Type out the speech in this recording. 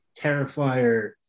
Terrifier